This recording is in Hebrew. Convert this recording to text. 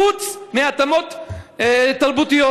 חוץ מהתאמות תרבותיות.